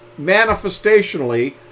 manifestationally